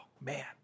man